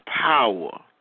power